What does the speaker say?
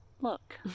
Look